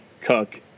Cook